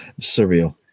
surreal